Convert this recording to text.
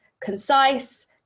concise